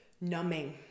numbing